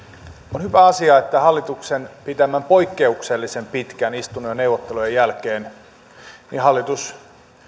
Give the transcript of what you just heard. on hyvä asia että hallituksen pitämän poikkeuksellisen pitkän istunnon ja neuvottelujen jälkeen hallitus